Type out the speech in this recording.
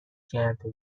کرده